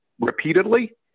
repeatedly